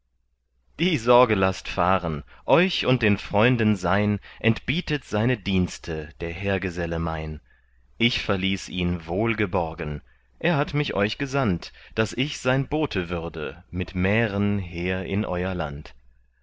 die sorge laßt fahren euch und den freunden sein entbietet seine dienste der heergeselle mein ich verließ ihn wohlgeborgen er hat mich euch gesandt daß ich sein bote würde mit mären her in euer land